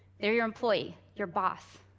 they're your employee, your boss,